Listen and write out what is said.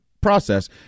process